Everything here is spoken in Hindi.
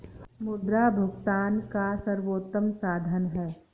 मुद्रा भुगतान का सर्वोत्तम साधन है